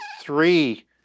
three